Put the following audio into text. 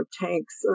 tanks